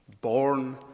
born